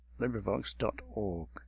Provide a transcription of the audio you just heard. LibriVox.org